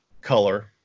color